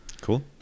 cool